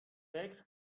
فکر